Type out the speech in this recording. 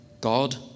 God